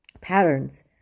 patterns